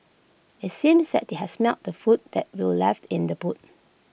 IT seemed that they had smelt the food that were left in the boot